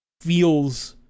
feels